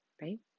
Right